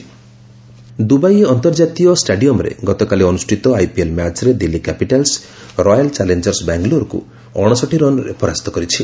IPL Dubai ଅନ୍ତର୍ଜାତୀୟ ଷ୍ଟାଡିୟମରେ ଗତକାଲି ଅନୁଷ୍ଠିତ ଆଇପିଏଲ୍ ମ୍ୟାଚ୍ରେ ଦିଲ୍ଲୀ କ୍ୟାପିଟାଲସ୍ ରୟାଲ୍ ଚାଲେଞ୍ଜର୍ସ ବାଙ୍ଗାଲୋରକୁ ଅଣଷଠି ରନ୍ରେ ପରାସ୍ତ କରିଛି